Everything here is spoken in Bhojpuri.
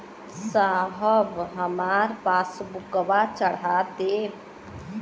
साहब हमार पासबुकवा चढ़ा देब?